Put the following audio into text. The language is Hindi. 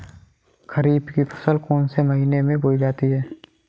खरीफ की फसल कौन से महीने में बोई जाती है?